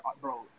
bro